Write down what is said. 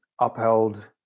upheld